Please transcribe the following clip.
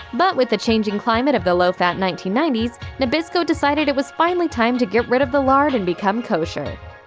but, with the changing climate of the low-fat nineteen ninety s, nabisco decided it was finally time to get rid of the lard and become kosher.